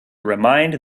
remind